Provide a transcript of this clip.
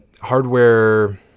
hardware